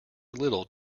little